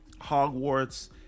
Hogwarts